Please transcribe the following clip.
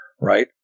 right